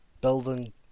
building